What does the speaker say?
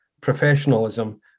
professionalism